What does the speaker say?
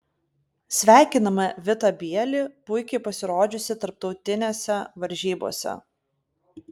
sveikiname vitą bielį puikiai pasirodžiusį tarptautinėse varžybose